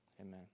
Amen